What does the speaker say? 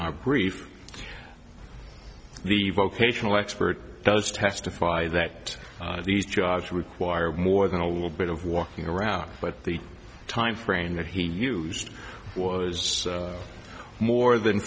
our grief the vocational expert does testify that these jobs require more than a little bit of walking around but the time frame that he used was more than